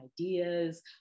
ideas